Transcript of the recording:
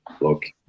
Look